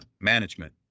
management